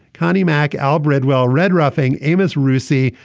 connie mack. al bridwell red ruffing amos rusi.